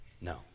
No